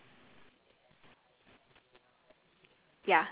and this thing called saline solution do you know what saline solution is